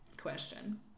question